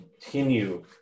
continue